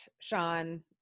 Sean